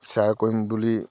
share কৰিম বুলি